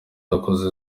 yakoze